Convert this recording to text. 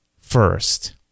first